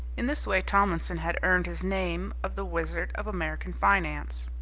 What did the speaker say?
in this way tomlinson had earned his name of the wizard of american finance.